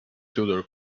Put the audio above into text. tudor